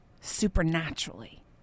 Supernaturally